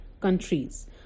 countries